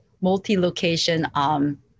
multi-location